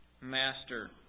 master